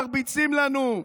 מרביצים לנו.